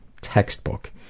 Textbook